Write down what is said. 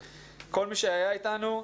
לכל מי שהיה אתנו.